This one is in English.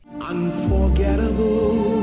Unforgettable